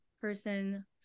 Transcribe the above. person